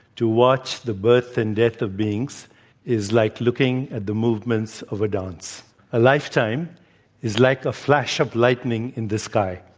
to watch the birth and death of being so is like looking at the movements of a dance. a lifetime is like a flash of lightning in the sky,